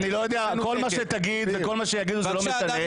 כל מה שתגיד וכל מה שיגידו זה לא משנה.